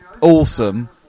awesome